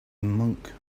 monk